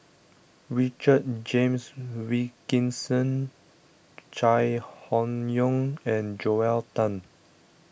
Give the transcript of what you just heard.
Richard James Wilkinson Chai Hon Yoong and Joel Tan